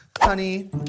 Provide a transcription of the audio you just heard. Honey